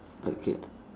okay